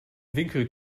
winkel